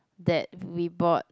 that we bought